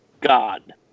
God